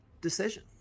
decision